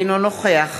אינו נוכח